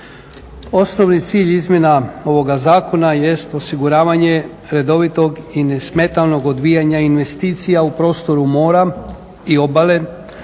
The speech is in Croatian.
Osnovni cilj izmjena ovoga zakona jest osiguravanje redovitog i nesmetanog odvijanja investicija u prostoru mora i obale